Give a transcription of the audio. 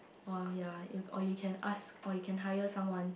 uh ya or you can ask or you can hire someone